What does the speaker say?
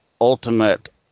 ultimate